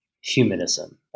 humanism